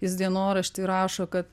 jis dienorašty rašo kad